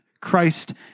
Christ